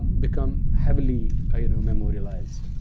become heavily ah you know memorialized.